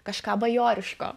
kažką bajoriško